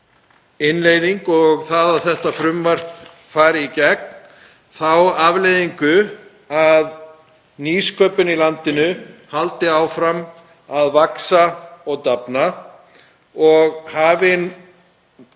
innleiðing, og það að þetta frumvarp fari í gegn, vonandi þá afleiðingu að nýsköpun í landinu haldi áfram að vaxa og dafna og aukin